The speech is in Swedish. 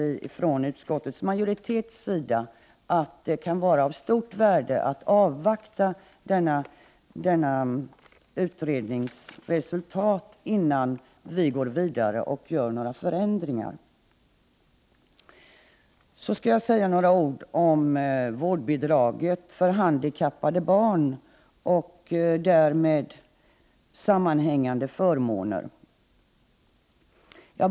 Vi i utskottsmajoriteten menar att det kan vara av stort värde att avvakta denna utrednings resultat innan vi går vidare och gör några förändringar. Så skall jag säga några ord om vårdbidraget för handikappade barn och därmed sammanhängande förmåner.